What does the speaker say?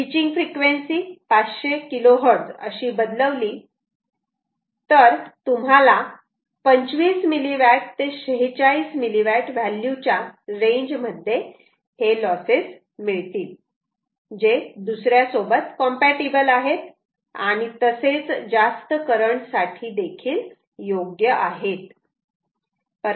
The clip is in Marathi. स्विचींग फ्रिक्वेन्सी 500 KHz बदलवले आपर तुम्हाला 25 मिलीवॅट ते 46 मिलीवॅट व्हॅल्यू च्या रेंज मध्ये मिळेल जे दुसऱ्या सोबत कॉम्पॅटिबल आहे आणि तसेच जास्त करंट साठी देखील योग्य आहे